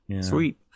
Sweet